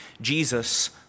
Jesus